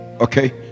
okay